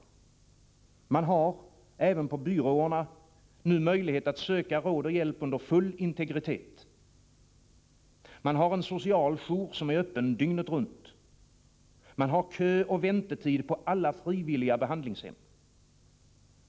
Man har, även på byråerna, möjlighet att söka råd och hjälp under full integritet. Man har en social jour, som är öppen dygnet runt. Man har köoch väntetid på alla frivilliga behandlingshem.